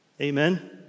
Amen